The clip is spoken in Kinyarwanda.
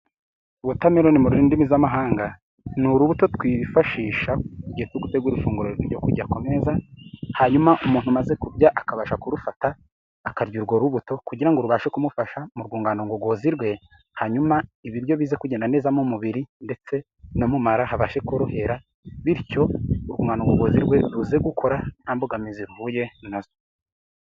Wotameloni mu ndimi z'amahanga ni urubuto twifashisha igihe turi gutegura ifunguro ryo kujya ku meza, hanyuma umuntu umaze kurya akabasha kurufata, akarya urwo rubuto kugira ngo rubashe kumufasha mu rwungano ngogozi rwe, hanyuma ibiryo bize kugenda neza mu mubiri ndetse no mu mara habashe korohera, bityo urwungano ngogozi rwe ruze gukora nta mbogamizi ruhuye na zo.